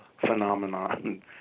phenomenon